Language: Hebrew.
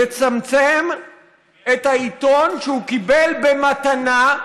לצמצם את העיתון שהוא קיבל במתנה,